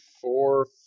four